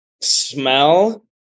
smell